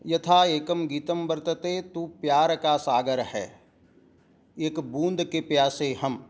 यथा एकं गीतं वर्तते तु प्यार् का सागर् है एक बून्द् के प्यासे हम्